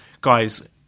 guys